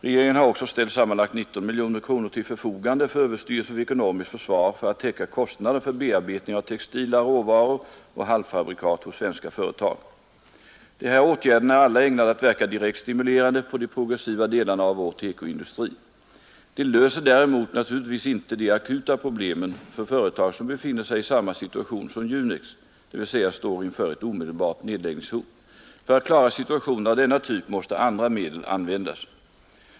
Regeringen har också ställt sammanlagt 19 miljoner kronor till förfogande för överstyrelsen för ekonomiskt försvar för att täcka kostnaderna för bearbetning av textila råvaror och halvfabrikat hos svenska företag. De här åtgärderna är alla ägnade att verka direkt stimulerande på de progressiva delarna av vår TEKO-industri. De löser däremot naturligtvis inte de akuta problemen för företag som befinner sig i samma situation som Junex, dvs. står inför ett omedelbart nedläggningshot. För att klara situationer av denna typ måste andra medel användas.